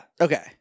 Okay